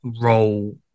role